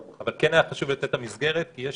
אבל כן היה חשוב לתת את המסגרת כי יש